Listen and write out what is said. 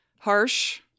Harsh